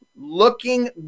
Looking